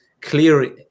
clear